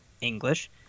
English